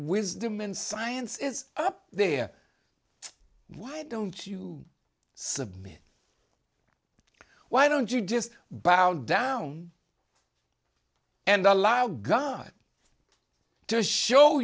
wisdom in science is up there why don't you submit why don't you just bow down and allow god to show